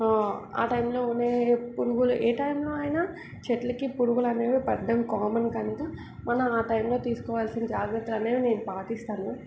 ఆ టైంలోనే పురుగులు ఏ టైంలో అయినా చెట్లకి పురుగులు అనేవి పడటం కామన్ కనుక మనం ఆ టైంలో తీసుకోవాల్సిన జాగ్రత్తలు అనేవి నేను పాటిస్తాను